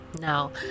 now